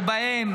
ובהם